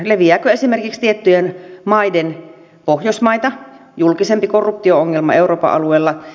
leviääkö esimerkiksi tiettyjen maiden pohjoismaita julkisempi korruptio ongelma euroopan alueella